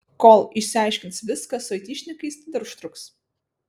kol išsiaiškins viską su aitišnikais tai dar užtruks